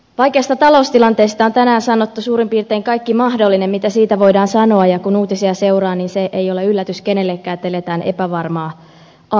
vaikeasta taloustilanteesta on tänään sanottu suurin piirtein kaikki mahdollinen mitä siitä voidaan sanoa ja kun uutisia seuraa niin se ei ole yllätys kenellekään että eletään epävarmaa aikaa